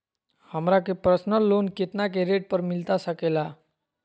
हमरा के personal loan कितना के रेट पर मिलता सके ला?